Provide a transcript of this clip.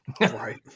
Right